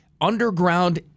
underground